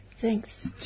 thanks